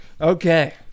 Okay